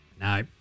no